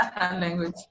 Language